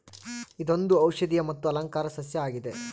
ಇದೊಂದು ಔಷದಿಯ ಮತ್ತು ಅಲಂಕಾರ ಸಸ್ಯ ಆಗಿದೆ